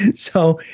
and so